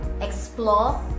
explore